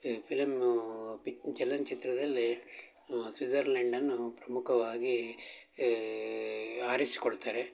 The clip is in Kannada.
ಈ ಫಿಲಮ್ಮೂ ಪಿಕ್ ಚಲನಚಿತ್ರದಲ್ಲಿ ಸ್ವಿಝರ್ಲ್ಯಾಂಡ್ ಅನ್ನು ಪ್ರಮುಖವಾಗಿ ಆರಿಸಿಕೊಳ್ತಾರೆ